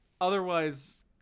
Otherwise